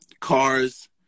cars